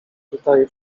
tutaj